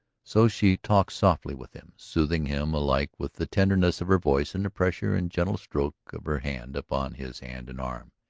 so she talked softly with him, soothing him alike with the tenderness of her voice and the pressure and gentle stroke of her hand upon his hand and arm.